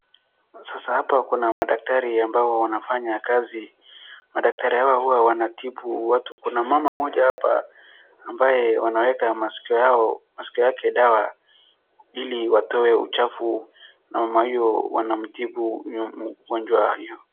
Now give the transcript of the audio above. Sasa hapa kuna madaktari ambao wanafanya kazi, madaktari hawa huwa wanatibu watu, kuna mama mmoja hapa ambaye wanaweka masikio yake dawa ili watoe uchafu na mama huyo wanamtibu ugonjwa.